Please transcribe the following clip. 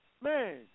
man